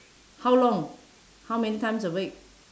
how long how many times a week